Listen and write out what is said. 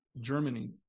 Germany